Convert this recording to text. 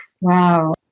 Wow